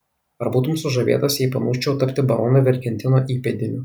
ar būtum sužavėtas jei panūsčiau tapti barono vergentino įpėdiniu